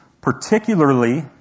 particularly